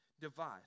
divide